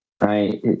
right